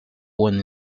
when